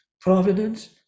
providence